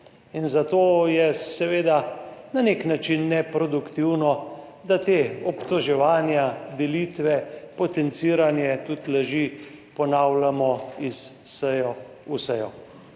zato je seveda na nek način neproduktivno, da ta obtoževanja, delitve, potenciranja, tudi laži, ponavljamo iz seje v sejo.